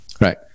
Right